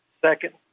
second